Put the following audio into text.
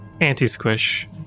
anti-Squish